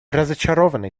разочарованы